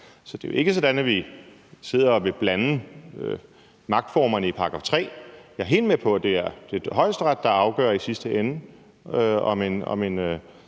Det er ikke sådan, at vi sidder og vil blande magtformerne i § 3. Jeg er helt med på, at det er Højesteret, der i sidste end afgør,